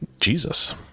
Jesus